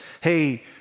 hey